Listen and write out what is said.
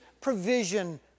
provision